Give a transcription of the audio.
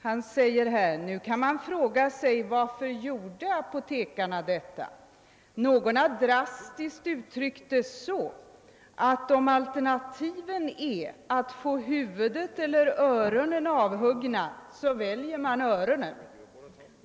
Han sade följande: >Nu kan man fråga sig: Varför gjorde apotekarna detta? Någon har drastiskt uttryckt det så, att om alternativen är att få huvudet eller öronen avhuggna, så väljer man öronen.